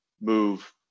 move